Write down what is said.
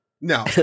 No